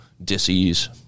Disease